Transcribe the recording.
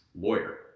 lawyer